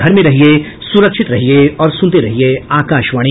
घर में रहिये सुरक्षित रहिये और सुनते रहिये आकाशवाणी